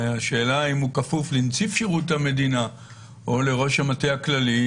השאלה אם הוא כפוף לנציב שירות המדינה או לראש המטה הכללי,